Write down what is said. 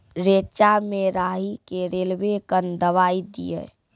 रेचा मे राही के रेलवे कन दवाई दीय?